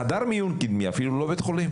חד מיון קדמי, אפילו לא בית חולים.